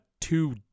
two